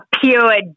pure